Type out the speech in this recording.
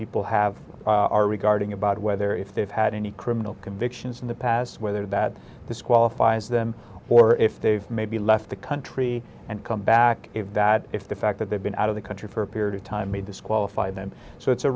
people have are regarding about whether if they've had any criminal convictions in the past whether that disqualifies them or if they've maybe left the country and come back that if the fact that they've been out of the country for a period of time may disqualify them so it's a